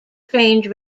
trained